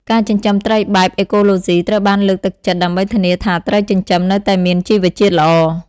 ការចិញ្ចឹមត្រីបែប អេកូឡូស៊ី ត្រូវបានលើកទឹកចិត្តដើម្បីធានាថាត្រីចិញ្ចឹមនៅតែមានជីវជាតិល្អ។ (